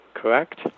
correct